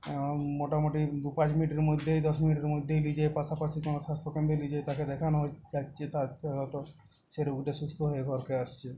এখন মোটামুটি দু পাঁচ মিনিটের মধ্যেই দশ মিনিটের মধ্যেই নিয়ে যেয়ে পাশাপাশি কোনও স্বাস্থ্যকেন্দ্রে নিয়ে যেয়ে তাকে দেখানো হ যাচ্ছে তার সাধারণত সেটুকুটা সুস্থ হয়ে ঘরকে আসছে